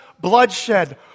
bloodshed